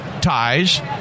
ties